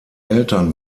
eltern